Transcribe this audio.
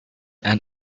and